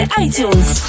iTunes